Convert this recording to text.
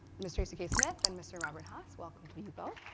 miss tracy k. smith and mr. robert hass. welcome to you both.